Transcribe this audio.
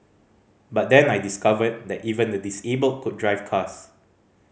but then I discovered that even the disabled could drive cars